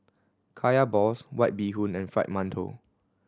Kaya balls White Bee Hoon and Fried Mantou